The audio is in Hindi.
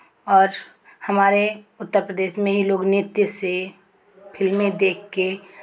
और हमारे उत्तर प्रदेश में ही लोग नृत्य से फिल्में देख के